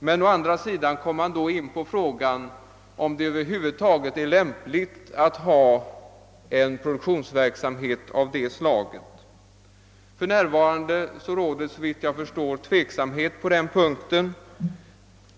Men då kommer man också in på frågan om det över huvud taget är lämpligt med en produktion av det här slaget i Sverige. Såvitt jag förstår råder det för närvarande tveksamhet på denna punkt.